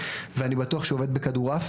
ואני בטוח שהוא עובד בכדורעף,